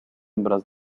hembras